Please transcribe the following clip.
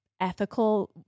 ethical